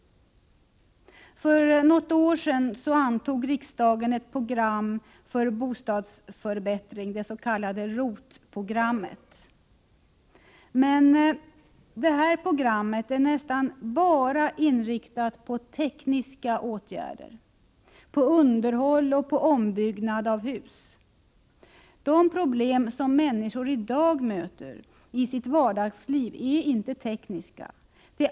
För något år sedan antog riksdagen ett program för bostadsförbättring, det s.k. ROT-programmet. Men det programmet är nästan enbart inriktat på tekniska åtgärder, på underhåll och ombyggnad av hus. De problem som människor i dag möter i sitt vardagsliv är inte tekniska problem.